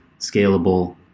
scalable